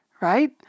right